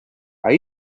are